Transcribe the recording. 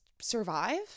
survive